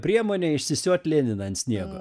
priemonė išsisiot leniną ant sniego